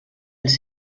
els